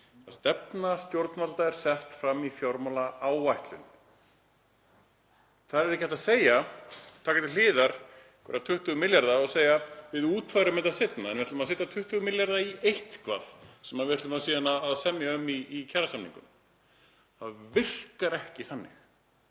Stefna stjórnvalda er sett fram í fjármálaáætlun. Það er ekki hægt að taka til hliðar einhverja 20 milljarða og segja: Við útfærum þetta seinna, en við ætlum að setja 20 milljarða í eitthvað sem við ætlum síðan að semja um í kjarasamningum. Það virkar ekki þannig.